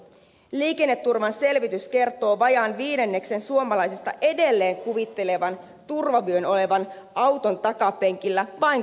liikenneturvan selvitys kertoo vajaan viidenneksen suomalaisista edelleen kuvittelevan turvavyön olevan auton takapenkillä vain koristeena